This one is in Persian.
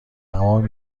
تمام